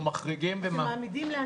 אנחנו מחריגים ומה?